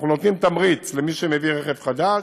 אנחנו נותנים תמריץ למי שמביא רכב חדש,